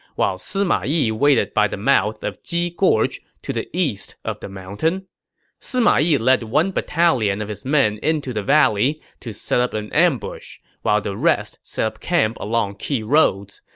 while sima yi waited by the mouth of ji gorge to the east of the mountain sima yi led one battalion of his men into the valley to set up an an but while the rest set up camp along key roads.